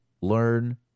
learn